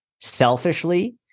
selfishly